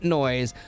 noise